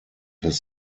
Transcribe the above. his